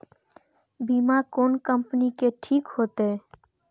बीमा कोन कम्पनी के ठीक होते?